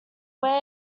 wear